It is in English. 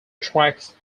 tracks